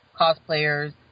cosplayers